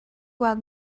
what